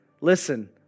Listen